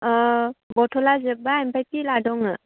ओ बथला जोबबाय ओमफ्राय पिलआ दङ